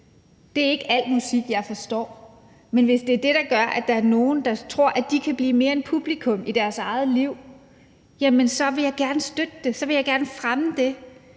Det er ikke al musik, jeg forstår, men hvis det er det, der gør, at der er nogen, der tror, at de kan blive mere end publikum i deres eget liv, så vil jeg gerne støtte det, så vil jeg gerne fremme det.